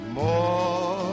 more